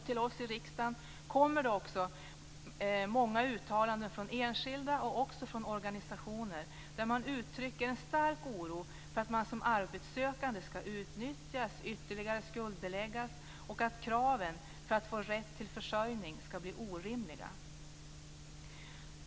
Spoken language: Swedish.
Till oss i riksdagen kommer många uttalanden från enskilda och också från organisationer. Det uttrycks en stark oro för att man som arbetssökande ska utnyttjas och ytterligare skuldbeläggas och för att kraven när det gäller att få rätt till försörjning ska bli orimliga.